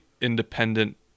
independent